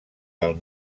del